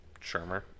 Shermer